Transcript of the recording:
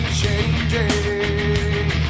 changing